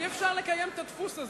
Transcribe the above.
אי-אפשר לקיים את הדפוס הזה.